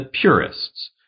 purists